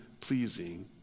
pleasing